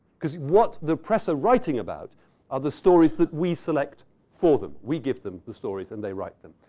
cause what the press are writing about are the stories that we select for them. we give them the stories and they write them.